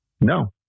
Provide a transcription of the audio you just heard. no